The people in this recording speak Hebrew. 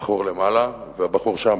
הבחור למעלה, והבחור שם.